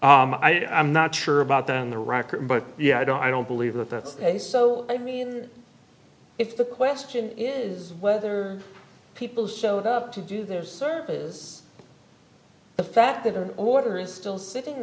i'm not sure about that on the record but yeah i don't i don't believe that that's the case so i mean if the question is whether people showed up to do their service the fact that or order is still sitting